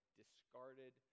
discarded